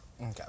Okay